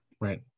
Right